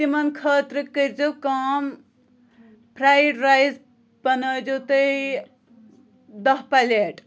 تِمَن خٲطرٕ کٔرۍ زیٚو کٲم فرایڈ رایس بَنٲے زیو تُہۍ دَہ پَلیٹ